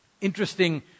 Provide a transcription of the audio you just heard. Interesting